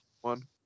one